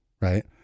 right